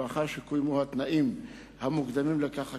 ולאחר שקוימו התנאים המוקדמים לכך,